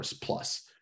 plus